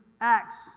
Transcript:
acts